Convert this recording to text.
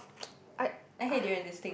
I ugh